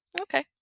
Okay